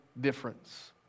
difference